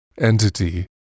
entity